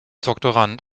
doktorand